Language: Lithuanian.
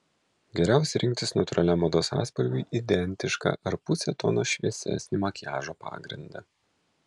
geriausia rinktis natūraliam odos atspalviui identišką ar puse tono šviesesnį makiažo pagrindą